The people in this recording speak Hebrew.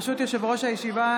ברשות יושב-ראש הישיבה,